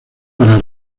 para